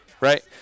right